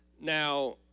now